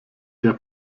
der